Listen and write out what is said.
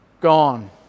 gone